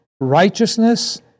righteousness